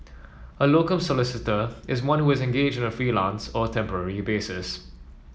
a locum solicitor is one who is engaged on a freelance or temporary basis